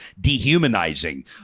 dehumanizing